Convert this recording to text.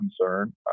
concern